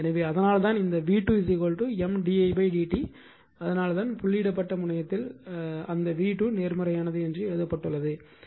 எனவே அதனால்தான் இந்த v2 M d i dt அதனால்தான் புள்ளியிடப்பட்ட முனையத்தில் அந்த v2 நேர்மறையானது என்று எழுதப்பட்டுள்ளது